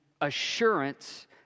assurance